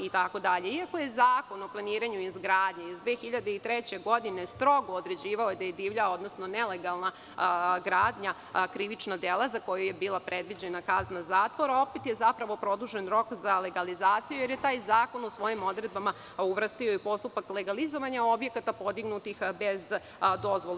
Iako je Zakon o planiranju i izgradnji iz 2003. godine strogo određivao da je divlja odnosno nelegalna gradnja krivično delo za koje je bila predviđena kazna zatvora, opet je zapravo produžen rok za legalizaciju jer je taj zakon u svojim odredbama uvrstio i postupak legalizovanja objekata podignutih bez dozvole.